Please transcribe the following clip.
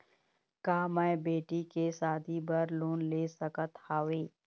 का मैं बेटी के शादी बर लोन ले सकत हावे?